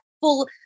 full